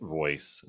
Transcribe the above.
voice